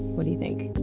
what do you think?